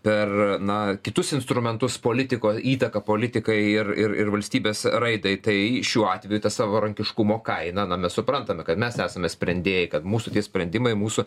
per na kitus instrumentus politiko įtaką politikai ir ir ir valstybės raidai tai šiuo atveju ta savarankiškumo kaina na mes suprantame kad mes esame sprendėjai kad mūsų tie sprendimai mūsų